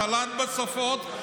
שלט בשפות,